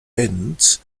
ends